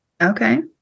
Okay